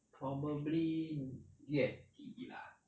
probably 月底 lah